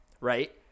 right